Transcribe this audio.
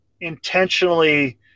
intentionally